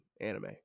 anime